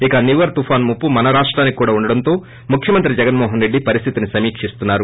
ఇక నివార్ తుపాను ముప్పు మన రాష్షానికి కూడా ఉండటంతో ముఖ్యమంత్రి జగన్మోహన్ రెడ్డి పరిస్టితిని సమీకిస్తున్నారు